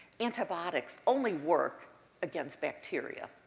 antibiotics only work against bacteria.